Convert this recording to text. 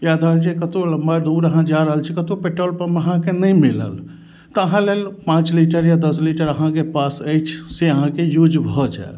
या धर छै कतौ लम्बा दूर अहाँ जा रहल छी कतौ पेट्रोल पम्प अहाँके नहि मिलल तऽ अहाँ लेल पाँच लीटर या दस लीटर अहाँके पास अछि से अहाँके यूज भऽ जाएत